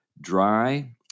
dry